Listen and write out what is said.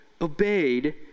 obeyed